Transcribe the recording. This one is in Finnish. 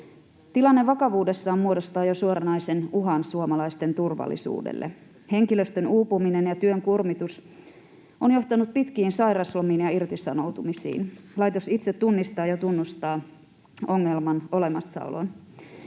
Tilanne vakavuudessaan muodostaa jo suoranaisen uhan suomalaisten turvallisuudelle. Henkilöstön uupuminen ja työn kuormitus on johtanut pitkiin sairauslomiin ja irtisanoutumisiin. Laitos itse tunnistaa ja tunnustaa ongelman olemassaolon.